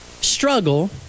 struggle